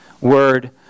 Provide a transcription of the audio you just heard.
word